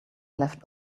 left